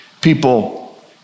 people